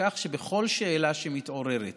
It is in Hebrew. כך שבכל שאלה שמתעוררת